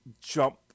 jump